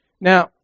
Now